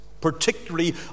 particularly